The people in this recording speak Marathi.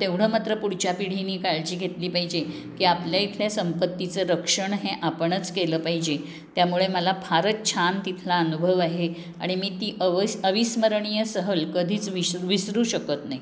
तेवढं मात्र पुढच्या पिढीनी काळजी घेतली पाहिजे की आपल्या इथल्या संपत्तीचे रक्षण हे आपणच केलं पाहिजे त्यामुळे मला फारच छान तिथला अनुभव आहे आणि मी ती अवस अविस्मरणीय सहल कधीच विस विसरू शकत नाही